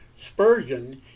Spurgeon